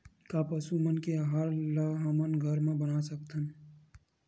का पशु मन के आहार ला हमन घर मा बना सकथन?